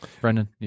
brendan